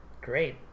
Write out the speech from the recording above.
great